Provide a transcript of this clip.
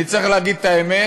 אני צריך להגיד את האמת: